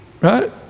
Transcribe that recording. right